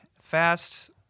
Fast